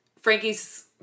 Frankie's